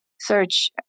search